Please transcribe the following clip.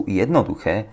jednoduché